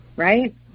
Right